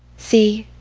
see,